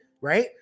right